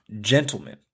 gentlemen